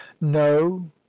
no